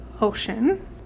Ocean